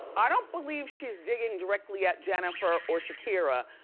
i don't believe she's digging directly at jennifer or shakira,